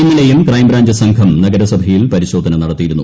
ഇന്നലെയും ക്രൈംബ്രാഞ്ച് സംഘം നഗരസഭയിൽ പരിശോധന നടത്തിയിരുന്നു